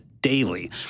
daily